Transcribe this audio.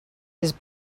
his